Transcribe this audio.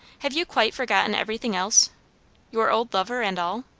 have you quite forgotten everything else your old lover and all?